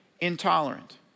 intolerant